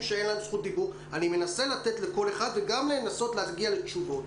אני מנסה להגיע גם לתשובות.